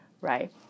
right